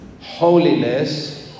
Holiness